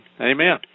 Amen